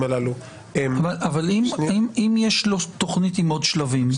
הללו --- אם יש תוכנית עם עוד שלבים,